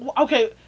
okay